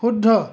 শুদ্ধ